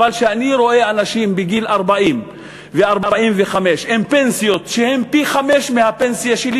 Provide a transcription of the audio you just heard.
אבל כשאני רואה אנשים בגיל 40 ו-45 עם פנסיות שהן פי-חמישה מהפנסיה שלי,